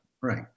Right